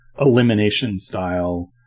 elimination-style